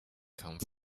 come